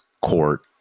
court